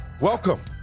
Welcome